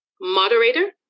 moderator